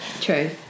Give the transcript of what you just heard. true